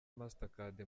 mastercard